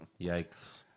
Yikes